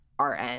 RN